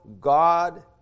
God